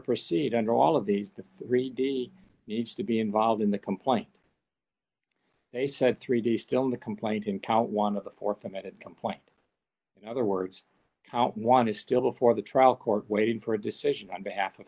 proceed d under all of these to read he needs to be involved in the complaint they said three d still in the complaint in ca one of the four committed complaint in other words count one is still before the trial court waiting for a decision on behalf of